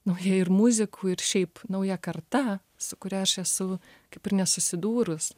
nauja ir muzikų ir šiaip nauja karta su kuria aš esu kaip ir nesusidūrus